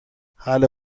حله